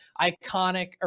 iconic